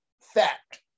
fact